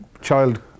child